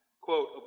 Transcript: quote